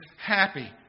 happy